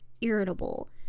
irritable